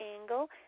angle